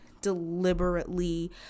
deliberately